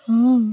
ହଁ